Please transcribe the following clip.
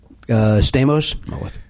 Stamos